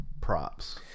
props